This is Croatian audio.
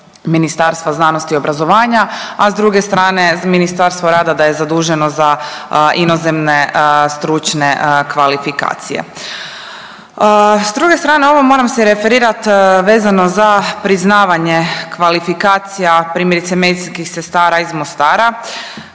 Ministarstva znanosti i obrazovanja, a s druge strane Ministarstvo rada da je zaduženo za inozemne stručne kvalifikacije. S druge strane ovo moram se referirati vezano za priznavanje kvalifikacija primjerice medicinskih sestara iz Mostara.